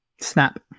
Snap